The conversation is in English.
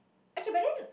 actually but then